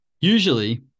Usually